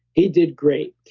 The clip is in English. he did great.